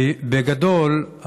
בגדול,